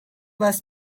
less